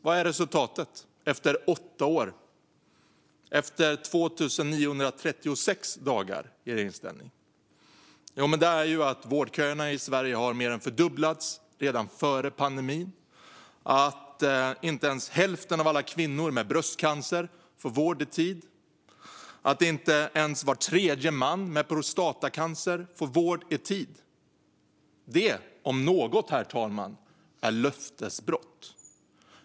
Vad är resultatet efter åtta år - 2 936 dagar - i regeringsställning? Det är att vårdköerna i Sverige har mer än fördubblats redan före pandemin, att inte ens hälften av alla kvinnor med bröstcancer får vård i tid och att inte ens var tredje man med prostatacancer får vård i tid. Det om något, herr talman, är löftesbrott.